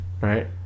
right